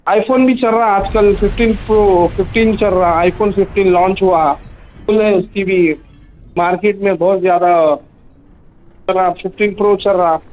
آئی phone بھی چل رہا آج کل ففٹین پرو ففٹین چل رہا آئی فون ففٹین لانچ ہُوا تو جو ہے اُس کی بھی مارکیٹ میں بہت زیادہ زیادہ ففٹین پرو چل رہا